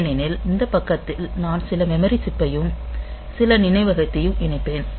ஏனெனில் இந்த பக்கத்தில் நான் சில மெமரி சிப்பையும் சில நினைவகத்தையும் இணைப்பேன்